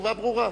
תשובה ברורה.